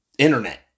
internet